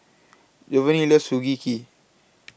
Jovany loves Sugee Cake